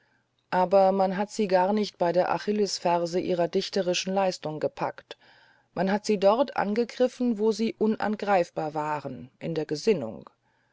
aber man packte sie nicht bei der achillesferse ihrer dichterischen leistung man griff sie dort an wo sie unangreifbar waren in der gesinnung